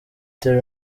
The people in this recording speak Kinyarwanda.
terry